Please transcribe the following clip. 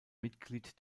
mitglied